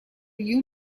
you